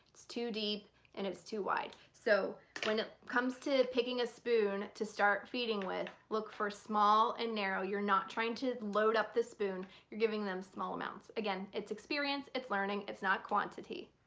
it's too deep and it's too wide. so when it comes to picking a spoon to start feeding with, look for small and narrow. you're not trying to load up the spoon. you're giving them small amounts. again, it's experience, it's learning, it's not quantity.